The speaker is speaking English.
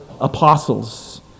apostles